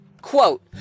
Quote